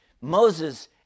Moses